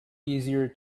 easier